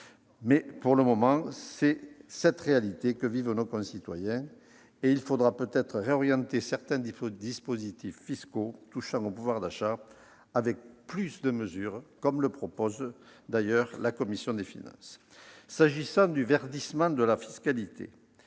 2016. Pour le moment, c'est cette réalité que vivent nos concitoyens et il faudra peut-être réorienter certains dispositifs fiscaux touchant au pouvoir d'achat, avec plus de mesure, comme le propose d'ailleurs la commission des finances. S'agissant du verdissement de la fiscalité,